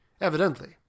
Evidently